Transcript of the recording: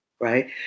Right